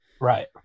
Right